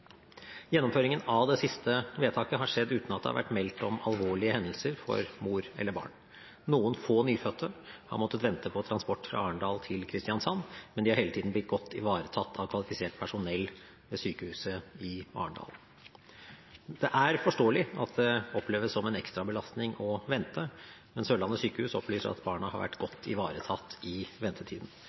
Gjennomføringen av det siste vedtaket har skjedd uten at det har vært meldt om alvorlige hendelser for mor eller barn. Noen få nyfødte har måttet vente på transport fra Arendal til Kristiansand, men de har hele tiden blitt godt ivaretatt av kvalifisert personell ved sykehuset i Arendal. Det er forståelig at det oppleves som en ekstrabelastning å vente, men Sørlandet sykehus opplyser at barna har vært godt ivaretatt i ventetiden.